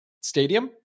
Stadium